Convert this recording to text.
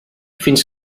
fins